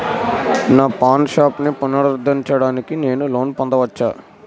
నా పాన్ షాప్ని పునరుద్ధరించడానికి నేను లోన్ పొందవచ్చా?